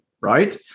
right